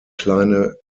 kleine